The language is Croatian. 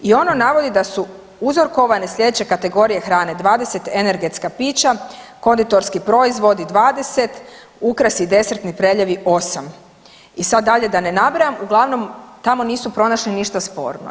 I ono navodi da su uzorkovane slijedeće kategorije hrane, 20 energetska pića, konditorski proizvodi 20, ukrasi, desertni preljevi 8. I sad dalje da ne nabrajam, uglavnom tamo nisu pronašli ništa sporno.